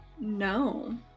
No